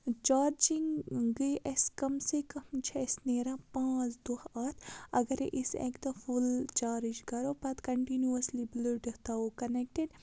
charging گٔے اَسہِ کَم سے کَم چھِ اَسہِ نیران پانٛژھ دۄہ اَتھ اَگَرے أسۍ اَکہِ دۄہ فُل چارٕج کَرو پَتہٕ کَنٹِنیوٗوسلی بٕلوٗٹیُتھ تھاوو کَنٮ۪کٹِڈ